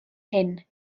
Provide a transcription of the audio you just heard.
hyn